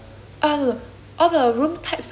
all the room types are available